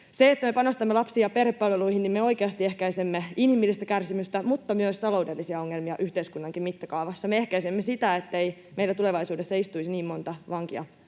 Kun me panostamme lapsiin ja perhepalveluihin, me oikeasti ehkäisemme inhimillistä kärsimystä mutta myös taloudellisia ongelmia yhteiskunnankin mittakaavassa. Me ehkäisemme sitä, ettei meillä tulevaisuudessa istuisi niin monta vankia